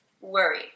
worry